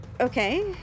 Okay